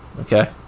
Okay